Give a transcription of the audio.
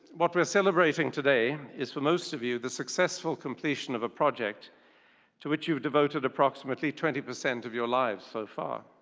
what we're celebrating today is for most of you the successful completion of a project to which you devoted approximately twenty percent of your lives so far.